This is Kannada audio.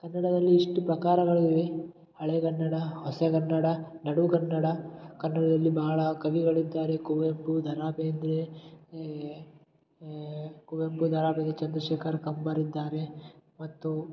ಕನ್ನಡದಲ್ಲಿ ಇಷ್ಟು ಪ್ರಕಾರಗಳಿವೆ ಹಳೆಗನ್ನಡ ಹೊಸಗನ್ನಡ ನಡುಗನ್ನಡ ಕನ್ನಡದಲ್ಲಿ ಬಹಳ ಕವಿಗಳಿದ್ದಾರೆ ಕುವೆಂಪು ದ ರಾ ಬೇಂದ್ರೆ ಕುವೆಂಪು ದ ರಾ ಬೇಂದ್ರೆ ಚಂದ್ರಶೇಖರ ಕಂಬಾರ ಇದ್ದಾರೆ ಮತ್ತು